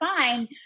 fine